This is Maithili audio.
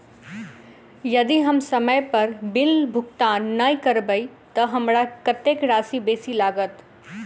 यदि हम समय पर बिल भुगतान नै करबै तऽ हमरा कत्तेक राशि बेसी लागत?